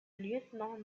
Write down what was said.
lieutenant